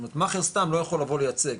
זאת אומרת מאכער סתם לא יכול לבוא לייצג,